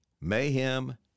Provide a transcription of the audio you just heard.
mayhem